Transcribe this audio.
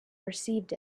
perceived